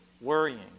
worrying